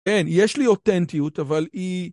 כן, יש לי אותנטיות אבל היא...